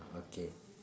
ah okay